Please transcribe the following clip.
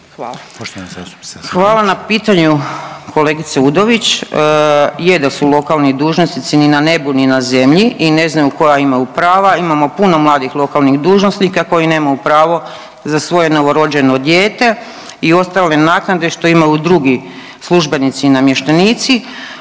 Hvala na pitanju kolegice Udović. Je da su lokalni dužnosnici ni na nebu ni na zemlji i ne znaju koja imaju prava. Imamo puno mladih lokalnih dužnosnika koji nemaju pravo za svoje novorođeno dijete i ostale naknade što imaju drugi službenici i namještenici,